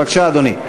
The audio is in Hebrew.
בבקשה, אדוני.